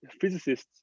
physicists